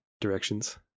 directions